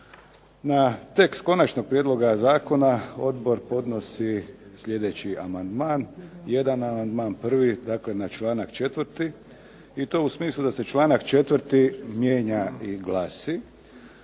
Na tekst konačnog prijedloga zakona Odbor podnosi sljedeći amandman. Amandman prvi dakle na članak 4. i to u smislu da se članak 4. mijenja i glasi: